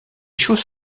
choses